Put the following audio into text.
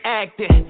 acting